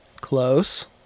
Close